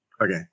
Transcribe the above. Okay